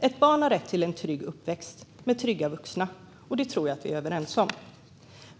Ett barn har rätt till en trygg uppväxt, med trygga vuxna - det tror jag att vi är överens om.